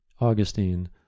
Augustine